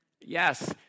Yes